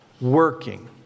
working